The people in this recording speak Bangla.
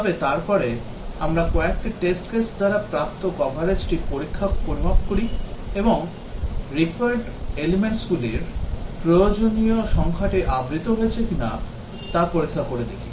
তবে তারপরে আমরা কয়েকটি test case দ্বারা প্রাপ্ত কভারেজটি পরিমাপ করি এবং required elementsগুলির প্রয়োজনীয় সংখ্যাটি আবৃত হয়েছে কিনা তা পরীক্ষা করে দেখি